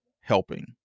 helping